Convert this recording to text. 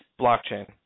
Blockchain